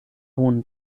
hohen